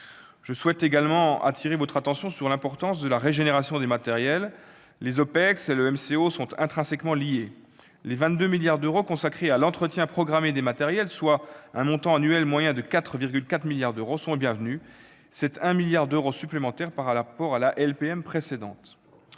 Je souhaite également attirer votre attention sur l'importance de la régénération des matériels. Les opérations extérieures, ou OPEX, et le maintien en condition opérationnelle, ou MCO, sont intrinsèquement liés. Les 22 milliards d'euros consacrés à l'entretien programmé des matériels, soit un montant annuel moyen de 4,4 milliards d'euros, sont bienvenus. C'est 1 milliard d'euros supplémentaires par rapport à la LPM précédente.